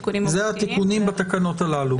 התיקונים בתקנות הללו.